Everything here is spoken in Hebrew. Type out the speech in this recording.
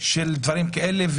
של דברים כאלה,